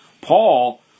Paul